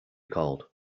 called